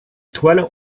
toile